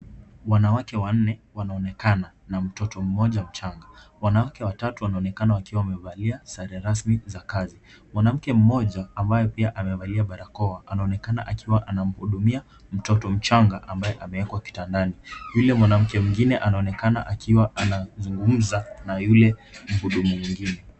Wanawake wanne wanaonekana na mtoto mmoja mchanga. Wanawake watatu wanonekana wakiwa wamevalia sare rasmi za kazi. Mwanamke mmoja ambaye pia amevalia barakoa anaonekana akiwa anamhudumia mtoto mchanga ambaye amewekwa kitandani. Yule mwanamke mwingine anaonekana akiwa anazungumza na yule mhudumu mwingine.